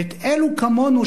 ואלו כמונו,